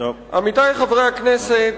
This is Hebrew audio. עמיתי חברי הכנסת,